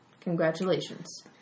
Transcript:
Congratulations